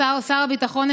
שר הביטחון,